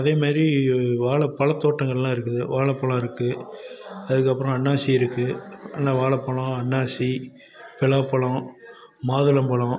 அதே மாதிரி வாழைப் பழத் தோட்டங்கள்லாம் இருக்குது வாழைப் பழம் இருக்குது அதுக்கப்புறம் அன்னாசி இருக்குது அன்ன வாழைப் பழம் அன்னாசி பலாப் பழம் மாதுளம் பழம்